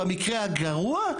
במקרה הגרוע,